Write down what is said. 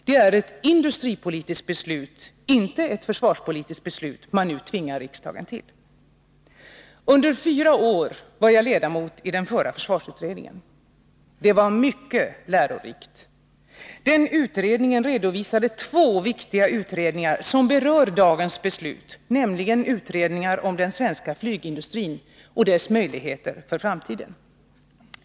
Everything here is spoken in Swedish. Det är ett industripolitiskt beslut, inte ett försvarspolitiskt beslut man nu tvingar riksdagen till. Under fyra år var jag ledamot i den förra försvarsutredningen. Det var mycket lärorikt. Den utredningen redovisade två viktiga undersökningar 51 som berör dagens beslut, nämligen undersökningar om den svenska flygindustrin och dess möjligheter för framtiden.